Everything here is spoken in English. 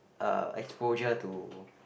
uh exposure to